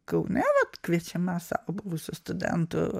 kaune vat kviečiama savo buvusių studentų